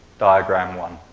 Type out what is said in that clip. diagram one.